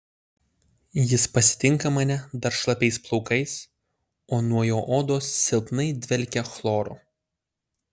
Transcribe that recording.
jis pasitinka mane dar šlapiais plaukais o nuo jo odos silpnai dvelkia chloru